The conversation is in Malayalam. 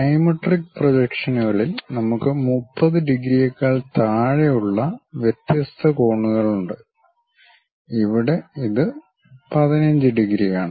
ഡൈമെട്രിക് പ്രൊജക്ഷനുകളിൽ നമുക്ക് 30 ഡിഗ്രിയേക്കാൾ താഴെയുള്ള വ്യത്യസ്ത കോണുകളുണ്ട് ഇവിടെ ഇത് 15 ഡിഗ്രിയാണ്